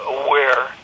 aware